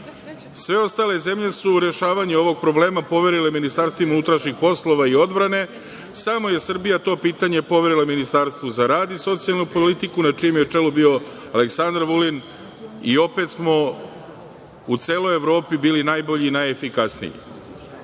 Sve ostale zemlje su rešavanje ovog problema poverile ministarstvima unutrašnjih poslova i odbrane, samo je Srbija to pitanje poverila Ministarstvu za rad i socijalnu politiku, na čijem je čelu bio Aleksandar Vulin, i opet smo u celoj Evropi bili najbolji i najefikasniji. Svi